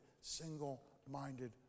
single-minded